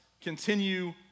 continue